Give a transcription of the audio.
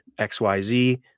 XYZ